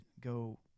go